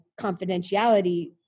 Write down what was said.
confidentiality